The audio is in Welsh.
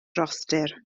rhostir